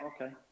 Okay